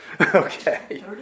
Okay